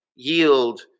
yield